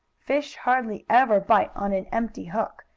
fish hardly ever bite on an empty hook,